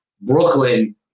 Brooklyn